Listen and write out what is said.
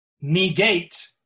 negate